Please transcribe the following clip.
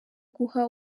guha